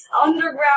underground